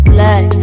Black